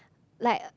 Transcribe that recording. like